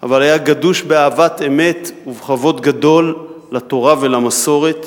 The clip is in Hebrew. אבל היה גדוש באהבת אמת ובכבוד גדול לתורה ולמסורת,